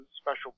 special